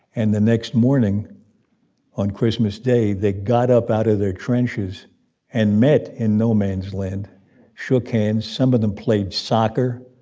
and the next morning on christmas day, they got up out of their trenches and met in no man's land shook hands. some of them played soccer.